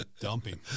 dumping